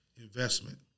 investment